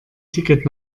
ticket